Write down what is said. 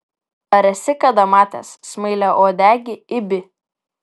ar esi kada matęs smailiauodegį ibį